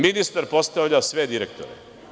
Ministar postavlja sve direktore.